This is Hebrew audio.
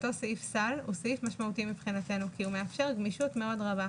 אותי סעיף סל הוא סעיף משמעותי מבחינתנו כי הוא מאפשר גמישות מאוד רבה.